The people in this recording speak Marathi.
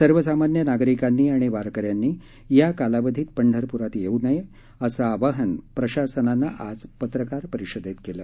सर्वसामान्य नागरिकांनी आणि वारक यांनी या कालावधीत पंढरपुरात येऊ नये असं आवाहन प्रशासनानं आज पत्रकार परिषदेत केलं